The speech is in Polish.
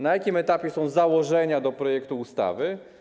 Na jakim etapie są założenia do projektu ustawy?